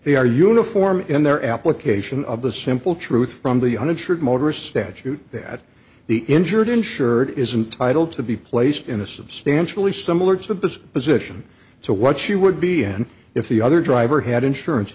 are uniform in their application of the simple truth from the uninsured motorist statute that the injured insured isn't titled to be placed in a substantially similar to this position so what she would be in if the other driver had insurance